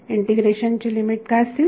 integration ची limit काय असतील